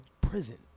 prison